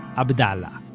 abdullah